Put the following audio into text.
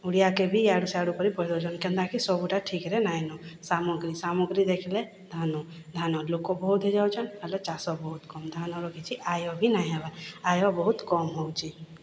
ଓଡ଼ିଆକୁ ବି ଇଆଡ଼ୁସିଆଡ଼ୁ କରି କହିଦେଉଛନ୍ତି କେନ୍ତା କି ସବୁଟା ଠିକ୍ରେ ନାଇଁନ ସାମଗ୍ରୀ ସାମଗ୍ରୀ ଦେଖିଲେ ଧାନ ଧାନ ଲୋକ ବହୁତ ହୋଇଯାଉଛନ୍ତି ହେଲେ ଚାଷ ବହୁତ କମ୍ ଧାନର କିଛି ଆୟ ବି ନାହିଁ ହେବା ଆୟ ବହୁତ କମ୍ ହେଉଛି